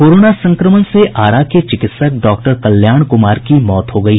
corona संक्रमण से आरा के चिकित्सक डॉक्टर कल्याण कुमार की मौत हो गयी